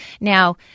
Now